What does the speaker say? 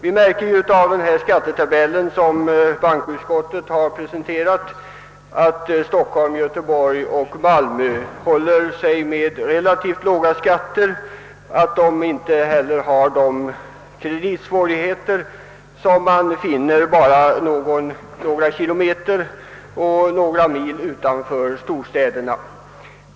I den skattetabell som bankoutskottet har presenterat märker vi att Stockholm, Göteborg och Malmö håller sig med relativt låga skatter och att dessa städer inte heller har de kreditsvårigheter som man finner bara några mil utanför storstäderna.